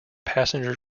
passenger